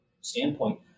standpoint